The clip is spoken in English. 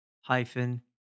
hyphen